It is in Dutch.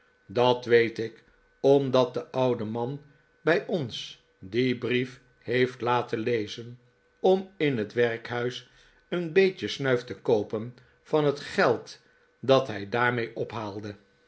rat weet ik omdat de oude man bij ons dien brief heeft laten lezen om in het werkhuis een beetje snuif te koopen van het geld dat hij daarmee ophaalde